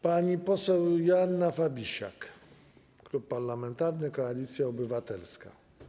Pani poseł Joanna Fabisiak, Klub Parlamentarny Koalicja Obywatelska.